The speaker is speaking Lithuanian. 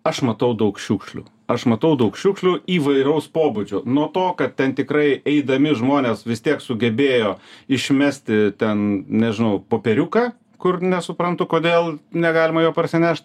aš matau daug šiukšlių aš matau daug šiukšlių įvairaus pobūdžio nuo to kad ten tikrai eidami žmonės vis tiek sugebėjo išmesti ten nežinau popieriuką kur nesuprantu kodėl negalima jo parsinešt